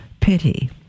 pity